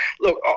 look